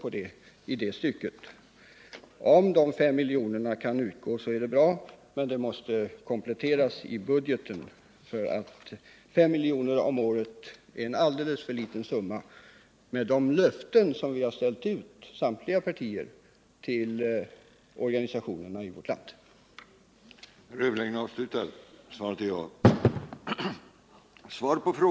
Kan de årliga fem Torsdagen den miljonerna beviljas är det bra, men de måste kompletteras i budgeten, ty 5 10 maj 1979 milj.kr. om året är en alldeles för liten summa med tanke på de löften som samtliga partier har gett organisationerna här i landet. Om visst industri